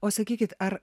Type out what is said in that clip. o sakykit ar